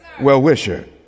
well-wisher